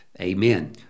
Amen